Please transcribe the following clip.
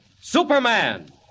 Superman